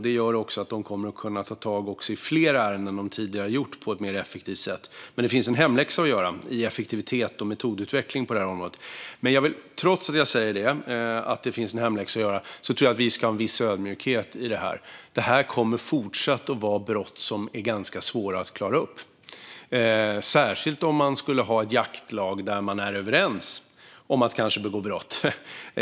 Det gör att de kommer att kunna ta tag i fler ärenden än de tidigare har gjort på ett mer effektivt sätt. Det finns dock en hemläxa att göra i effektivitet och metodutveckling på det här området. Men trots att jag säger detta om hemläxan tror jag att vi ska ha viss ödmjukhet i det här. Detta kommer fortsatt att vara brott som är ganska svåra att klara upp, särskilt om det handlar om ett jaktlag där man kanske är överens om att man ska begå brott.